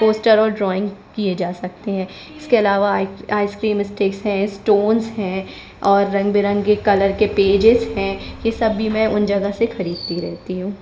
poster और drawing किए जा सकते हैं इसके अलावा आइसक्रीम स्टिक्स हैं स्टोन्स हैं और रंग बिरंगे कलर के पेजेस हैं ये सब भी मैं उन जगह से खरीदती रहती हूँ